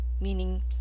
Meaning